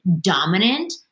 dominant